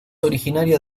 originaria